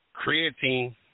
creatine